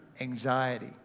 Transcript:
anxiety